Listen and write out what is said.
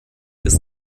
ist